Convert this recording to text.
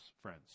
friends